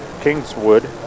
Kingswood